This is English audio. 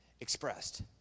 expressed